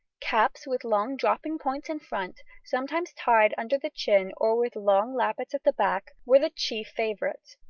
caps, with long dropping points in front, sometimes tied under the chin or with long lappets at the back, were the chief favourites,